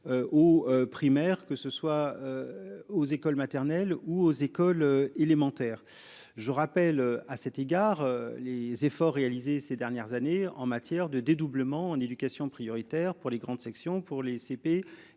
Aux primaires, que ce soit. Aux écoles maternelles ou aux écoles élémentaires. Je rappelle à cet égard les efforts réalisés ces dernières années en matière de dédoublement en éducation prioritaire pour les grandes sections pour les CP